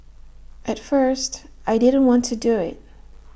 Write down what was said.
at first I didn't want to do IT